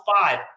five